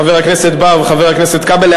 חבר הכנסת בר וחבר הכנסת כבל,